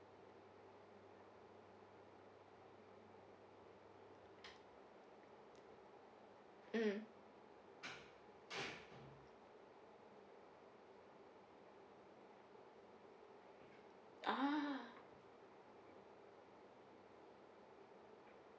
mm ah